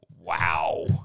Wow